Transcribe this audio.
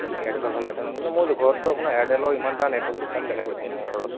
হয় নেকি এয়াৰটেলৰ ভালে আছে ন কিন্তু মোৰ ঘৰতটো আপোনাৰ এয়াৰটেলৰ ইমান এটা নেটৱৰ্কটো কম দেখাই দেখোন মোৰ ঘৰত